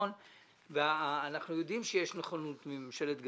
אנחנו יודעים שיש נכונות מממשלת גרמניה.